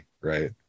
right